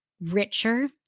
richer